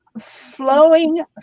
flowing